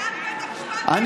נשיאת בית המשפט העליון,